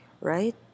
right